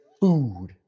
food